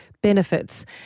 benefits